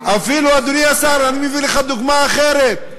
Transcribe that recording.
אפילו, אדוני השר, אני מביא לך דוגמה אחרת.